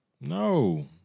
No